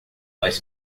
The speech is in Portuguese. nós